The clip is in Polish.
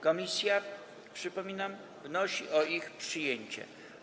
Komisja, przypominam, wnosi o ich przyjęcie.